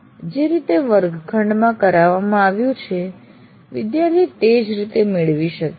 જે રીતે વર્ગખંડમાં કરાવવામાં આવ્યું છે વિદ્યાર્થી તે રીતે જ મેળવી શકે છે